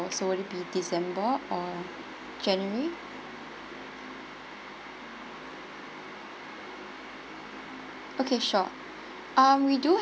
so will it be december or january okay sure um we do